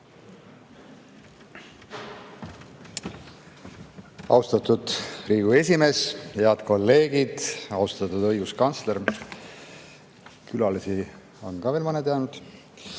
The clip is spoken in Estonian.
Austatud Riigikogu esimees! Head kolleegid! Austatud õiguskantsler! Külalisi on ka veel mõned jäänud.